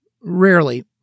Rarely